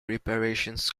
reparations